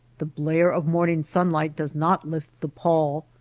the blare of morning sunlight does not lift the pall,